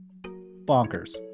bonkers